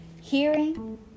hearing